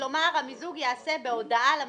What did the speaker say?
כלומר: המיזוג ייעשה בהודעה למפקח.